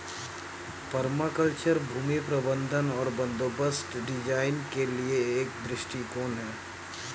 permaculture भूमि प्रबंधन और बंदोबस्त डिजाइन के लिए एक दृष्टिकोण है